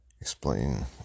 explain